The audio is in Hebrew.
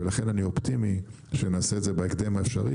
ולכן אני אופטימי שנעשה את זה בהקדם האפשרי